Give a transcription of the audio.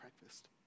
breakfast